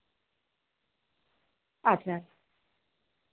ᱟᱪᱪᱷᱟ